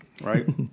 right